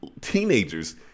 teenagers